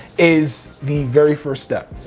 is the very first step.